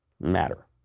matter